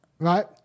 Right